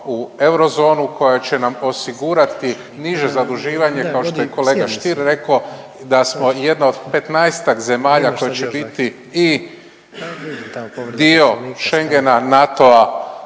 u eurozonu koja će nam osigurati niže zaduživanje kao što je i kolega Stier rekao da smo jedna od petnaestak zemalja koja će biti i dio Schengena, NATO-a,